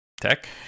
tech